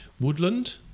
Woodland